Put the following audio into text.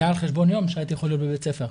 זה היה על חשבון יום שהייתי יכול להיות בבית ספר.